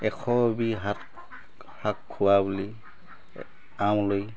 এশ এবিধ সাত শাক খোৱা বুলি আমৰলি